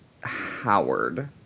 Howard